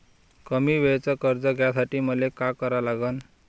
कमी वेळेचं कर्ज घ्यासाठी मले का करा लागन?